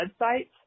websites